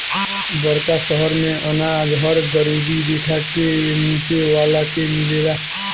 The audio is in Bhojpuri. बड़का शहर मेंअनाज हर गरीबी रेखा के नीचे वाला के मिलेला